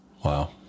Wow